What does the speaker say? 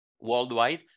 worldwide